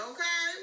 Okay